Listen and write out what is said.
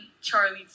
Charlie